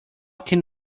can